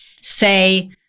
say